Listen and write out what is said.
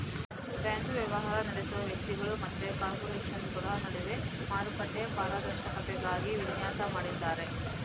bank ವ್ಯವಹಾರ ನಡೆಸುವ ವ್ಯಕ್ತಿಗಳು ಮತ್ತೆ ಕಾರ್ಪೊರೇಷನುಗಳ ನಡುವೆ ಮಾರುಕಟ್ಟೆ ಪಾರದರ್ಶಕತೆಗಾಗಿ ವಿನ್ಯಾಸ ಮಾಡಿದ್ದಾರೆ